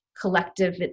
collective